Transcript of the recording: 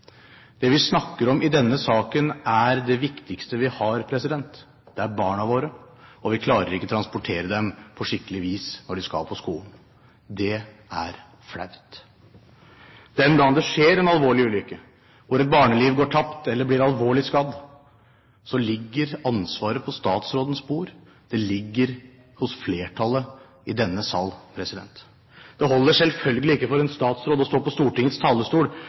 Det vi snakker om i denne saken, er det viktigste vi har, barna våre, og vi klarer ikke å transportere dem på skikkelig vis når de skal på skolen. Det er flaut! Den dagen det skjer en alvorlig ulykke hvor et barneliv går tapt eller et barn blir alvorlig skadd, ligger ansvaret på statsrådens bord. Det ligger hos flertallet i denne salen. Det holder selvfølgelig ikke for en statsråd å stå på Stortingets talerstol